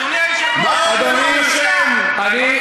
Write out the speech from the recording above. אדוני היושב-ראש, זו הסתה.